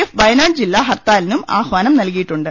F Wayanad ജില്ലാ ഹർത്താലിനും ആഹാനം നൽകിയിട്ടുണ്ട്